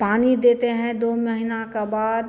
पानी देते हैं दो महीने के बाद